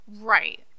Right